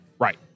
Right